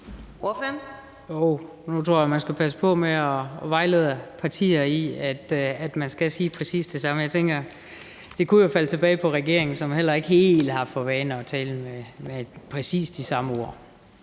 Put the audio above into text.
Nu tror jeg, man skal passe på med at vejlede partier i, at man skal sige præcis det samme. Det kunne jo falde tilbage på regeringen, som heller ikke helt har for vane at sige præcis de samme ord.